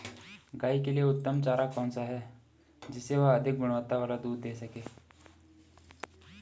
गाय के लिए उत्तम चारा कौन सा है जिससे वह अधिक गुणवत्ता वाला दूध दें सके?